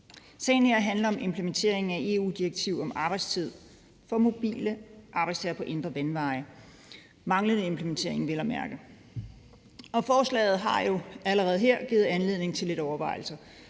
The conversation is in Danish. Sagen her handler om implementeringen af et EU-direktiv om arbejdstid for mobile arbejdstagere på indre vandveje, manglende implementering vel at mærke. Forslaget har jo allerede her givet anledning til lidt overvejelser,